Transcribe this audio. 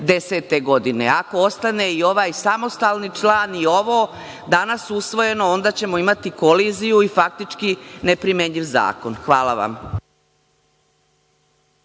2010. godine. Ako ostane i ovaj samostalni član i ovo danas usvojeno onda ćemo imati koliziju i faktički neprimenjiv zakon. Hvala vam.